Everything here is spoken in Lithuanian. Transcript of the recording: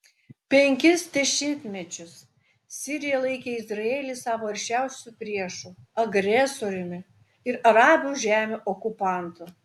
penkis dešimtmečius sirija laikė izraelį savo aršiausiu priešu agresoriumi ir arabų žemių okupantu